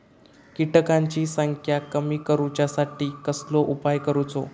किटकांची संख्या कमी करुच्यासाठी कसलो उपाय करूचो?